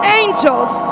angels